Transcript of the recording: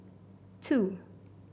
two